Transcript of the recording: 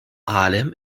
allem